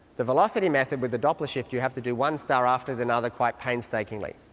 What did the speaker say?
the velocity method with the doppler shift you have to do one star after another quite painstakingly.